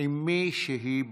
עם מי שהיא בוחרת.